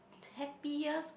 happiest